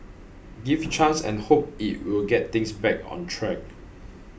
give chance and hope it will get things back on track